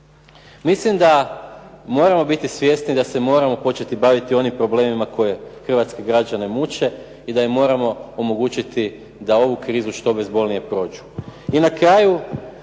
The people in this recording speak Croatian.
Mislim da moramo biti svjesni da se moramo početi baviti onim problemima koje hrvatske građane muče i da im moramo omogućiti da ovu krizu što bezbolnije prođu.